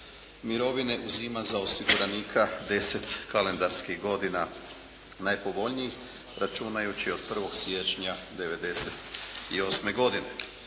mirovine uzima za osiguranika deset kalendarskih godina najpovoljnijih računajući od 1. siječnja 98. godine.